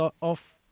off